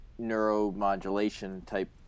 neuromodulation-type